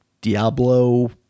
diablo